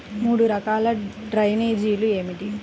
మూడు రకాల డ్రైనేజీలు ఏమిటి?